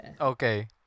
Okay